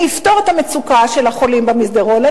אני אפתור את המצוקה של החולים במסדרון,